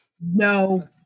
No